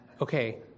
Okay